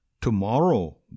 tomorrow